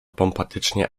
pompatycznie